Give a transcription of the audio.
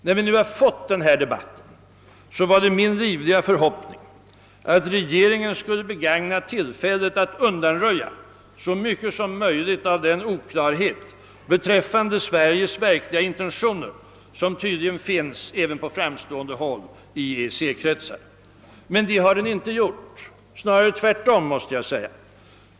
När vi nu fick denna debatt var det min livliga förhoppning att regeringen skulle begagna tillfället till att undanröja så mycket som möjligt av den oklarhet beträffande Sveriges verkliga intentioner som tydligen finns även på framstående håll i EEC-kretsar. Men det har regeringen inte gjort; snarare tvärtom.